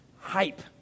hype